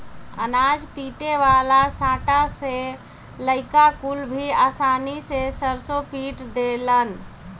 अनाज पीटे वाला सांटा से लईका कुल भी आसानी से सरसों पीट देलन